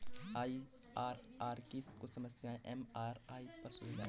IRR की कुछ समस्याएं एम.आई.आर.आर सुलझा देता है